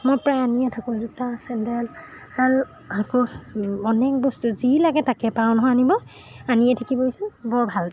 মই প্ৰায় আনিয়ে থাকোঁ জোতা চেণ্ডেল আৰু আকৌ অনেক বস্তু যি লাগে তাকে পাৰোঁ নহয় আনিব আনিয়ে থাকিবিচোন বৰ ভাল